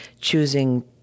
choosing